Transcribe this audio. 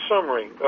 summary